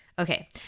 Okay